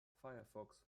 firefox